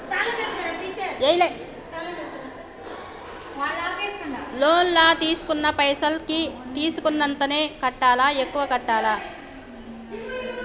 Loan లా తీస్కున్న పైసల్ కి తీస్కున్నంతనే కట్టాలా? ఎక్కువ కట్టాలా?